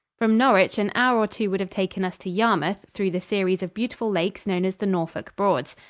from norwich an hour or two would have taken us to yarmouth through the series of beautiful lakes known as the norfolk broads.